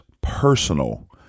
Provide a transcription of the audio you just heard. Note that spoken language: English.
personal